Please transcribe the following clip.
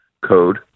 code